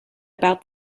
about